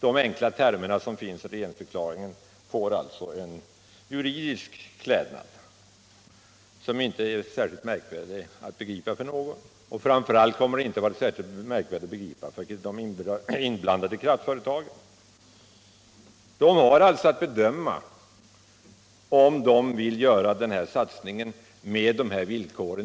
De enkla termerna i regeringsförklaringen får alltså en juridisk klädnad, som inte är särskilt märkvärdig att begripa för någon, framför allt inte för de inblandade kraftföretagen. De har att Nr 25 bedöma om de vill göra en satsning på dessa villkor.